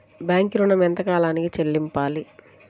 Bank ఋణం ఎంత కాలానికి చెల్లింపాలి?